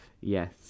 yes